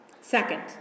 Second